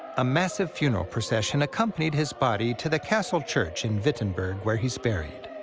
a massive funeral procession accompanied his body to the castle church in wittenberg, where he's buried.